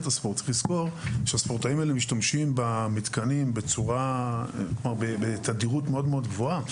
לזכור שהספורטאים האלה משתמשים במתקנים בתדירות מאוד גבוהה,